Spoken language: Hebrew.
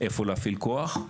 איפה להפעיל כוח,